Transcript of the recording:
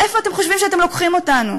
לאיפה אתם חושבים שאתם לוקחים אותנו?